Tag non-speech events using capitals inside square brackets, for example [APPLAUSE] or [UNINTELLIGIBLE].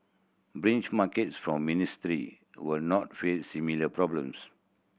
[UNINTELLIGIBLE] markets from ministry will not face similar problems